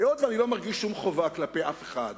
היות שאני לא מרגיש שום חובה כלפי אף אחד